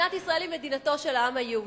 מדינת ישראל היא מדינתו של העם היהודי,